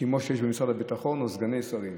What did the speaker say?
כמו שיש במשרד הביטחון, או סגני שרים.